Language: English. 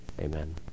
Amen